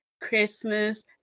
christmas